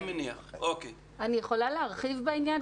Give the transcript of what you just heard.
אני יכולה להרחיב בעניין?